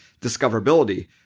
discoverability